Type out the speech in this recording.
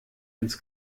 ins